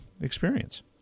experience